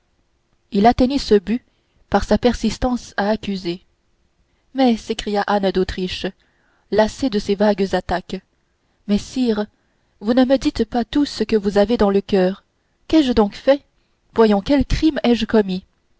il arriva à ce but par sa persistance à accuser mais s'écria anne d'autriche lassée de ces vagues attaques mais sire vous ne me dites pas tout ce que vous avez dans le coeur qu'ai-je donc fait voyons quel crime ai-je donc commis